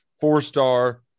four-star